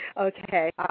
Okay